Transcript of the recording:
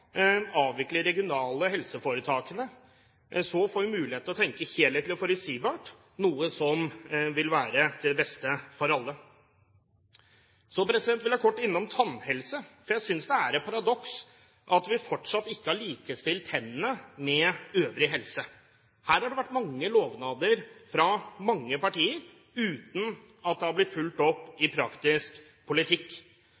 avvikler de regionale helseforetakene, får vi muligheten til å tenke helhetlig og forutsigbart, noe som vil være til det beste for alle. Så vil jeg kort innom tannhelse: Jeg synes det er et paradoks at vi fortsatt ikke har likestilt tennene med øvrig helse. Her har det vært mange lovnader fra mange partier uten at det har blitt fulgt opp